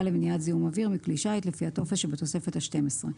למניעת זיהום אויר מכלי שיט לפי הטופס שבתוספת השתים עשרה,